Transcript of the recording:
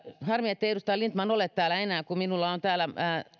harmi ettei edustaja lindtman ole täällä enää kun minulla on täällä